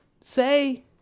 say